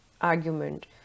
argument